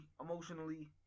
emotionally